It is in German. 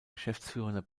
geschäftsführender